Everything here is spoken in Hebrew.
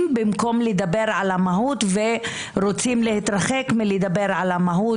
במקום לדבר על המהות ורוצים להתרחק מלדבר על המהות.